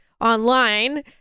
online